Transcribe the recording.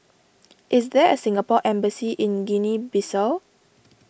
is there a Singapore Embassy in Guinea Bissau